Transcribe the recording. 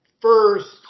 first